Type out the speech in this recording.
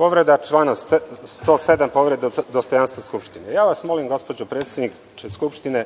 Povreda člana 107, povreda dostojanstva Skupštine. Molim vas, gospođo predsednice,